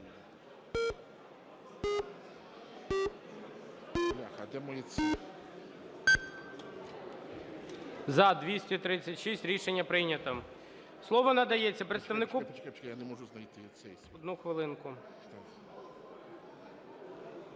Рішення прийнято. Слово надається представнику.